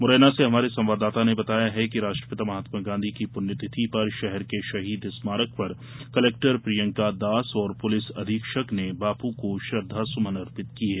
मुरैना से हमारे संवाददाता ने बताया है कि राष्ट्रपिता महात्मा गांधी की पुण्यतिथि पर शहर के शहीद स्मारक पर कलेक्टर प्रियंका दास और पुलिस अधीक्षक ने बापू को श्रद्धांसुमन अर्पित किये